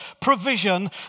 provision